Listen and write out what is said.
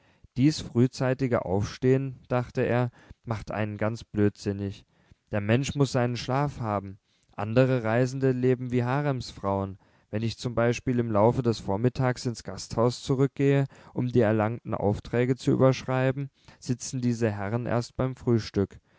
dies frühzeitige aufstehen dachte er macht einen ganz blödsinnig der mensch muß seinen schlaf haben andere reisende leben wie haremsfrauen wenn ich zum beispiel im laufe des vormittags ins gasthaus zurückgehe um die erlangten aufträge zu überschreiben sitzen diese herren erst beim frühstück